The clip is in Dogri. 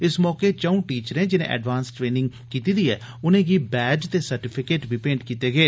इस मौके च'ऊं टीचरें जिनें एडवांस ट्रेनिंग कीती ऐ उनेंगी बैज ते सर्टिफिकेट बी भेंट कीते गे